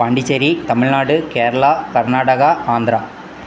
Pondicherry Tamil Nadu Kerala Karnataka Andhra